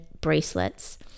bracelets